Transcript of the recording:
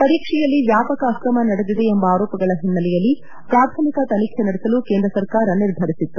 ಪರೀಕ್ಷೆಯಲ್ಲಿ ವ್ವಾಪಕ ಅಕ್ರಮ ನಡೆದಿದೆ ಎಂಬ ಆರೋಪಗಳ ಹಿನ್ನೆಲೆಯಲ್ಲಿ ಪ್ರಾಥಮಿಕ ತನಿಖೆ ನಡೆಸಲು ಕೇಂದ್ರ ಸರ್ಕಾರ ನಿರ್ಧರಿಸಿತ್ತು